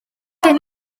gen